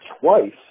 twice